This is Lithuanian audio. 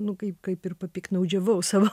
nu kaip kaip ir papiktnaudžiavau savo